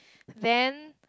then